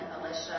Alicia